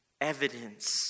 evidence